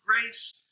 grace